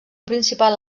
principal